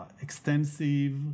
extensive